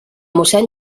mossèn